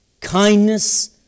kindness